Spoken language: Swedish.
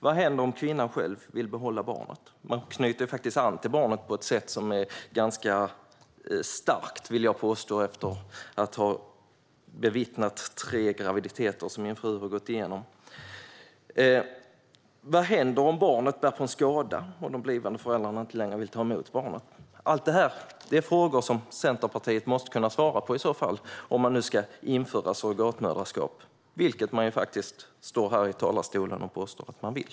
Vad händer om kvinnan själv vill behålla barnet? Man knyter faktiskt an till barnet på ett ganska starkt sätt, vill jag påstå efter att ha bevittnat min frus tre graviditeter. Och vad händer om barnet bär på en skada och de blivande föräldrarna inte längre vill ta emot det? Det är frågor som Centerpartiet måste kunna svara på om surrogatmoderskap nu ska införas, vilket man påstår här i talarstolen att man vill.